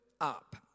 up